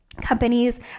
companies